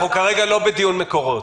כרגע אנחנו לא בדיון על מקורות.